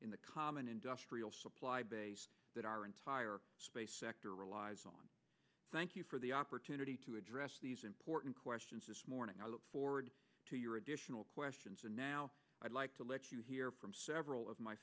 in the common industrial supply base that our entire space sector relies on thank you for the opportunity to address these important questions this morning i look forward to your additional questions and now i'd like to let you hear from several of my